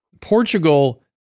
Portugal